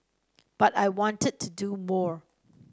but I wanted to do more